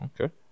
Okay